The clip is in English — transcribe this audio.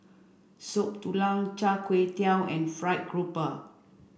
Soup Tulang Char Kway Teow and Fried Grouper